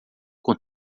com